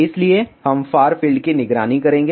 इसलिए हम far field की निगरानी करेंगे